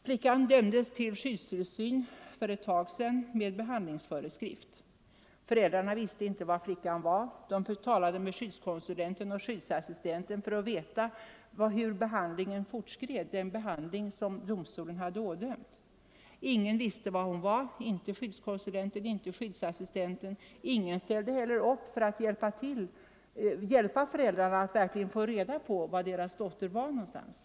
Flickan dömdes till skyddstillsyn med behandlingsföreskrift för ett tag sedan. Föräldrarna visste inte var flickan var. De talade med skyddskonsulenten och skyddsassistenten för att få veta hur behandlingen fortskred — den behandling som domstolen hade ådömt. Ingen visste var hon fanns, varken skyddskonsulenten eller skyddsassistenten. Ingen ställde heller upp för att hjäl pa föräldrarna att ta reda på var deras dotter var någonstans.